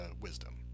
Wisdom